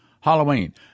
Halloween